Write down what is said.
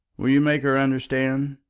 will you make her understand?